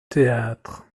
théâtre